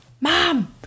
Mom